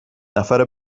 نفر